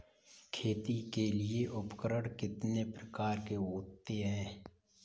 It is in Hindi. खेती के लिए उपकरण कितने प्रकार के होते हैं?